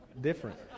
different